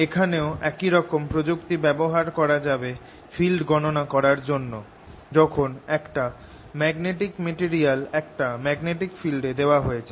এখানেও একই রকম প্রযুক্তি ব্যবহার করা যাবে ফিল্ড গণনা করার জন্য যখন একটা ম্যাগনেটিক মেটেরিয়াল একটা ম্যাগনেটিক ফিল্ড এ দেওয়া হয়েছে